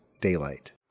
daylight